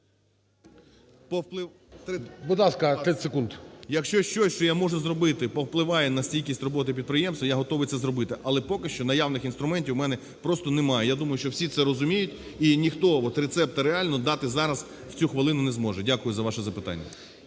Якщо щось, що я можу зробити, повпливає на стійкість роботи підприємств, я готовий це зробити. Але поки що наявних інструментів у мене просто немає. Я думаю, що всі це розуміють, і ніхто от рецепта реально дати зараз в цю хвилину не зможе. Дякую за ваше запитання.